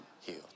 healed